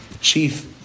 Chief